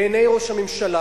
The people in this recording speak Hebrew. בעיני ראש הממשלה,